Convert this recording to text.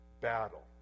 battle